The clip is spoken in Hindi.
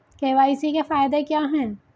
के.वाई.सी के फायदे क्या है?